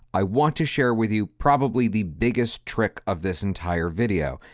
i want to share with you probably the biggest trick of this entire video,